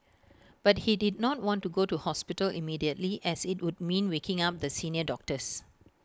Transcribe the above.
but he did not want to go to hospital immediately as IT would mean waking up the senior doctors